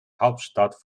hauptstadt